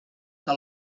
que